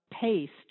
paste